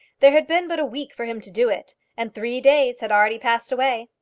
there had been but a week for him to do it, and three days had already passed away.